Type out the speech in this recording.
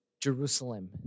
Jerusalem